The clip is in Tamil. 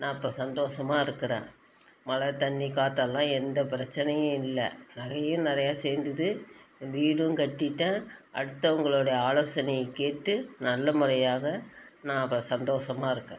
நான் இப்போ சந்தோசமாக இருக்கிறேன் மழை தண்ணி காற்றேல்லாம் எந்த பிரச்னையும் இல்லை நகையும் நிறையா சேர்ந்துது வீடும் கட்டிட்டேன் அடுத்தவங்களோடய ஆலோசனையை கேட்டு நல்ல முறையாக நான் இப்போ சந்தோசமாக இருக்கேன்